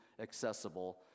accessible